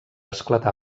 esclatar